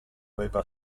aveva